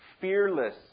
fearless